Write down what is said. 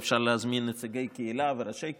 אפשר להזמין נציגי קהילה וראשי קהילה.